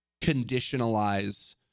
conditionalize